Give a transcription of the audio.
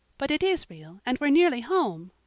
but it is real and we're nearly home.